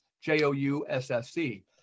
j-o-u-s-s-c